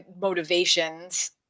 motivations